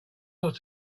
not